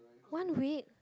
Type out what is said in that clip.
one week